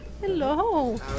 Hello